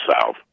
south